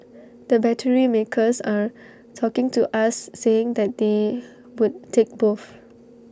the battery makers are talking to us saying that they would take both